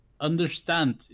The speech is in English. understand